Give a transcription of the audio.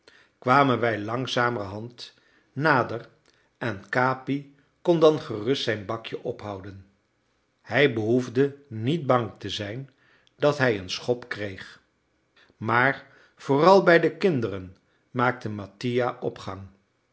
kwamen wij langzamerhand nader en capi kon dan gerust zijn bakje ophouden hij behoefde niet bang te zijn dat hij een schop kreeg maar vooral bij de kinderen maakte mattia opgang